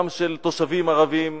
גם של תושבים ערבים,